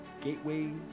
Gateway